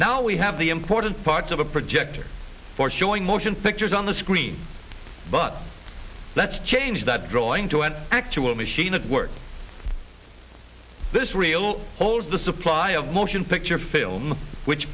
now we have the important part of a project for showing motion pictures on the screen but let's change that drawing to an actual machine at work this real holes the supply of motion picture film which